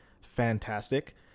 fantastic